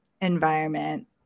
environment